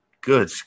Good